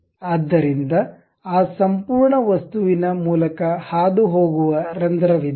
ಆದ್ದರಿಂದ ಆ ಸಂಪೂರ್ಣ ವಸ್ತುವಿನ ಮೂಲಕ ಹಾದುಹೋಗುವ ರಂಧ್ರವಿದೆ